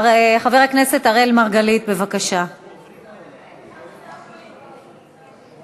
הבנקים יוכלו לבחור אם לשמור את הצ'קים המקוריים או